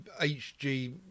HG